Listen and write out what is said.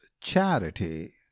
charity